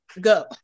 go